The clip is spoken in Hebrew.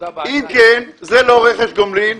אם כן, זה לא רכש גומלין.